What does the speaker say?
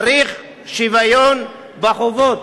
צריך שוויון בחובות.